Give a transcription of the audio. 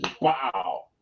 wow